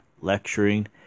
lecturing